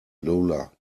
lola